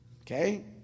Okay